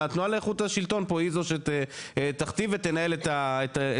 התנועה לאיכות השלטון פה היא זו שתכתיב ותנהל את המדינה.